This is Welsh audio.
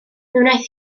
wnaeth